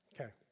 Okay